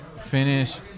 finish